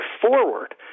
forward